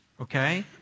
okay